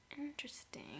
interesting